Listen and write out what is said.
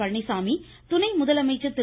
பழனிச்சாமி துணை முதலமைச்சர் திரு